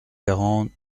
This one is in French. quarante